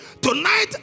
Tonight